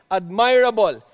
admirable